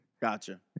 Gotcha